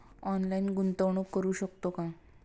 Online गुंतवणूक करू शकतो का?